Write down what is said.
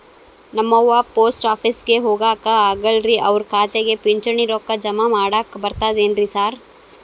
ನಮ್ ಅವ್ವ ಪೋಸ್ಟ್ ಆಫೇಸಿಗೆ ಹೋಗಾಕ ಆಗಲ್ರಿ ಅವ್ರ್ ಖಾತೆಗೆ ಪಿಂಚಣಿ ರೊಕ್ಕ ಜಮಾ ಮಾಡಾಕ ಬರ್ತಾದೇನ್ರಿ ಸಾರ್?